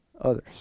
others